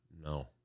No